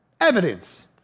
evidence